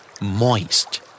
Moist